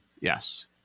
Yes